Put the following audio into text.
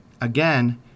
again